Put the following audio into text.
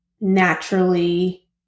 naturally